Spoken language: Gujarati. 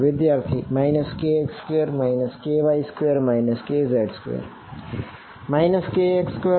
વિદ્યાર્થી kx2 ky2 kz2